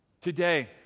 Today